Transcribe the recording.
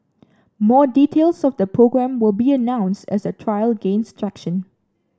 more details of the programme will be announced as the trial gains traction